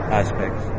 aspects